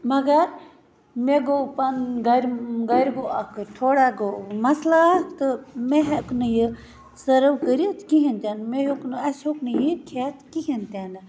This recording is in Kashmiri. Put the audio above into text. مگر مےٚ گوٚو پَنُن گَرِ گَرِ گوٚو اَکِر تھوڑا گوٚو مَسلات تہٕ مےٚ ہیٚکہ نہٕ یہِ سٔرٕو کٔرِتھ کِہیٖنۍ تہِ نہٕ مےٚ ہیوٚک نہٕ اَسہِ ہیوٚک نہٕ یہِ کھیٚتھ کِہیٖنۍ تہِ نہٕ